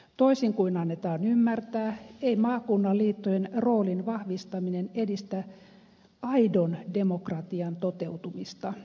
toisin kuin annetaan ymmärtää ei maakunnan liittojen roolin vahvistaminen edistä aidon demokratian toteutumista